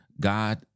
God